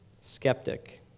Skeptic